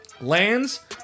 lands